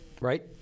right